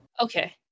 okay